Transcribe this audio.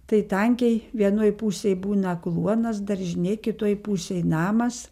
tai tankiai vienoj pusėj būna kluonas daržinė kitoj pusėj namas